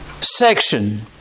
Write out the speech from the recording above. section